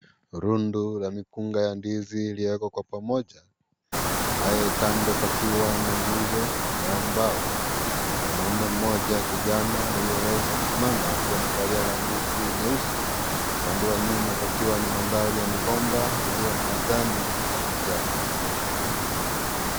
Rundu ya mikunga ya ndizi iyowekwa Kwa pamoja naye Kando pakiwa na nguzo ya mbao na mwanaume mmoja kijana aliyeweza kusimama akiwa amevalia kabuti nyeusi , upande wa nyuma pakiwa ni mandhari ya migomba iliyo ya kijani kibichi.